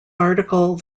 article